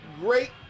great